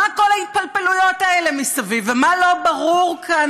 מה כל ההתפלפלויות האלה מסביב, ומה לא ברור כאן?